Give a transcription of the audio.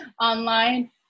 Online